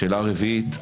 השאלה הרביעית,